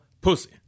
Pussy